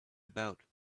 about